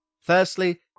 Firstly